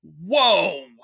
Whoa